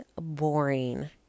boring